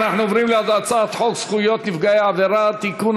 אנחנו עוברים להצבעה על הצעת חוק זכויות נפגעי עבירה (תיקון,